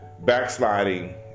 backsliding